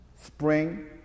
Spring